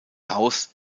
haus